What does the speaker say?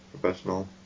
professional